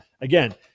again